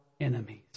enemies